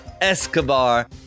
Escobar